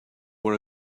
were